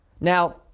Now